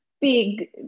big